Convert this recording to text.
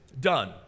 done